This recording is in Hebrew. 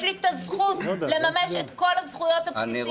יש לי את הזכות לממש את כל הזכויות הבסיסיות